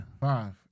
Five